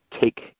take